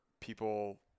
people